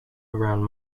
around